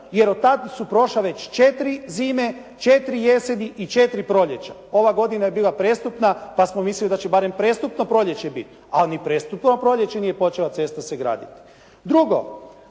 jer od tad su prošle već 4 zime, 4 jeseni i 4 proljeća. Ova godina je bila prestupna, pa smo mislili da će barem prestupno proljeće biti, ali ni prestupno proljeće nije počela cesta se graditi. Drugo,